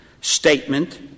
statement